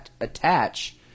attach